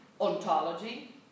ontology